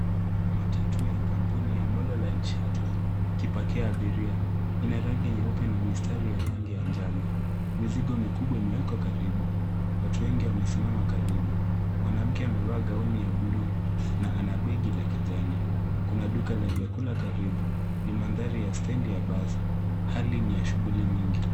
Matatu ya kampuni ya Mololine Shuttle ikipakia abiria. Ina rangi nyeupe na mistari ya rangi ya njano. Mizigo mikubwa imewekwa karibu. Watu wengi wamesimama karibu. Mwanamke amevaa gauni ya buluu na ana begi la kijani. Kuna duka la vyakula karibu ni mandhari ya stendi ya basi. Hali ni ya shughuli nyingi.